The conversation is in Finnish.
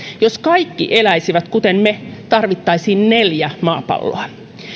jos kaikki eläisivät kuten me tarvittaisiin neljä maapalloa